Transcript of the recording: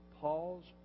Paul's